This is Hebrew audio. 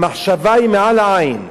המחשבה היא מעל העין,